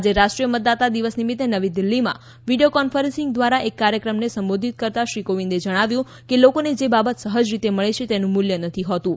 આજે રાષ્ટ્રીય મતદાતા દિવસ નિમિત્તે નવી દિલ્હીમાં વિડીયો કોન્ફરન્સિંગ દ્વારા એક કાર્યક્રમને સંબોધિત કરતાં શ્રી કોવિંદે જણાવ્યું કે લોકોને જે બાબત સહજ રીતે મળે છે એનું મુલ્ય નથી હોતું